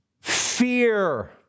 fear